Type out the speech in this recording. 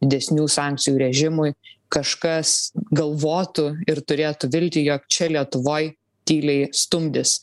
didesnių sankcijų režimui kažkas galvotų ir turėtų viltį jog čia lietuvoj tyliai stumdys